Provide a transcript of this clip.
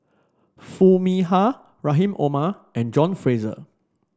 Foo Mee Har Rahim Omar and John Fraser